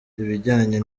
ibijyanye